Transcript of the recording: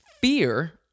fear